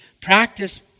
Practice